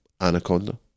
Anaconda